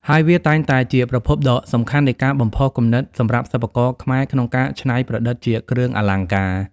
ហើយវាតែងតែជាប្រភពដ៏សំខាន់នៃការបំផុសគំនិតសម្រាប់សិប្បករខ្មែរក្នុងការច្នៃប្រឌិតជាគ្រឿងអលង្ការ។